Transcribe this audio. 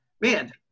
man